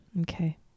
Okay